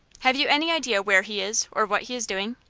have you any idea where he is, or what he is doing?